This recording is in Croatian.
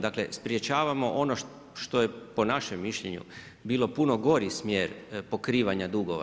Dakle, sprječavamo ono što je po našem mišljenju bilo puno gori smjer pokrivanja dugova.